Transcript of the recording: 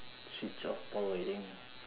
switch off power I think